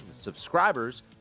Subscribers